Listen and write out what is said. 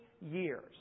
years